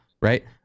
right